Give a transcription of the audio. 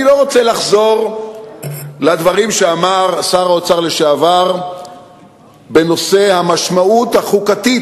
אני לא רוצה לחזור לדברים שאמר שר האוצר לשעבר בנושא המשמעות החוקתית,